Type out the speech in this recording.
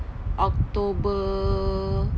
october